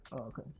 Okay